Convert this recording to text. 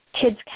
Kids